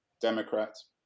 Democrats